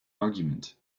argument